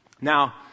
Now